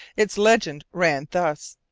its legend ran thus